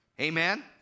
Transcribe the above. Amen